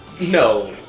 No